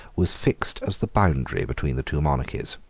was fixed as the boundary between the two monarchies.